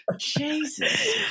Jesus